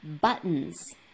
buttons